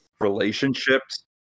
relationships